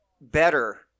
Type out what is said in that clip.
better